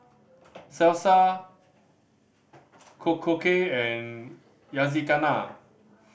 Salsa Korokke and Yakizakana